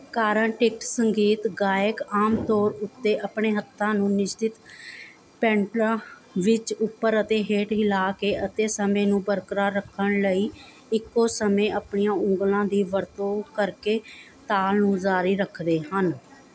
ਕਾਰਨਟਿਕ ਸੰਗੀਤ ਗਾਇਕ ਆਮ ਤੌਰ ਉੱਤੇ ਆਪਣੇ ਹੱਥਾਂ ਨੂੰ ਨਿਸ਼ਚਿਤ ਪੈਟਰਨਾਂ ਵਿੱਚ ਉੱਪਰ ਅਤੇ ਹੇਠ ਹਿਲਾ ਕੇ ਅਤੇ ਸਮੇਂ ਨੂੰ ਬਰਕਰਾਰ ਰੱਖਣ ਲਈ ਇੱਕੋ ਸਮੇਂ ਆਪਣੀਆਂ ਉਂਗਲਾਂ ਦੀ ਵਰਤੋਂ ਕਰਕੇ ਤਾਲ਼ ਨੂੰ ਜ਼ਾਰੀ ਰੱਖਦੇ ਹਨ